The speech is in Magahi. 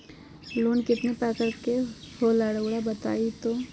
लोन कितने पारकर के होला रऊआ बताई तो?